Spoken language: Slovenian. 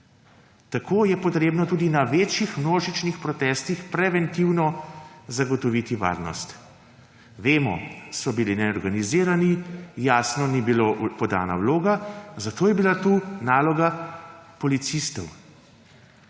tako je treba na večjih množičnih protestih preventivno zagotoviti varnost. Vemo, da so bili neorganizirani, jasno ni bila podana vloga, zato je bila tukaj naloga policistov.